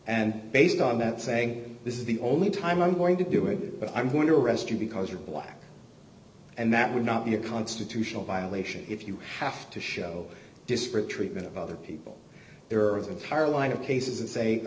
and based on that saying this is the only time i'm going to do it but i'm going to arrest you because you're black and that would not be a constitutional violation if you have to show disparate treatment of other people there are the powerline of cases that say